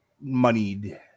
moneyed